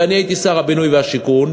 ואני הייתי שר הבינוי והשיכון,